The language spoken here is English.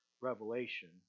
revelation